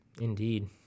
Indeed